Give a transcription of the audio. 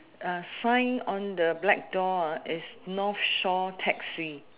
uh sign on the black door uh is north shore taxi